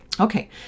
Okay